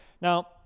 Now